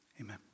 Amen